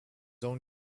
own